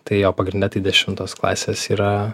tai jo pagrinde tai dešimtos klasės yra